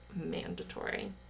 mandatory